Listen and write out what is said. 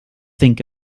think